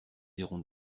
irons